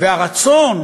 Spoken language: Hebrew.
והרצון